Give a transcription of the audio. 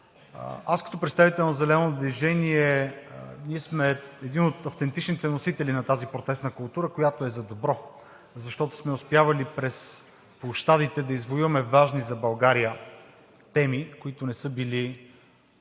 Аз съм представител на „Зелено движение“. Ние сме от автентичните носители на тази протестна култура, която е за добро, защото сме успявали през площадите да извоюваме важни за България теми, които не са били